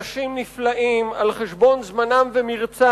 אנשים נפלאים, על-חשבון זמנם ומרצם.